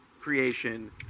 creation